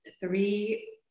three